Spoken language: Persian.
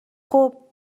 خوب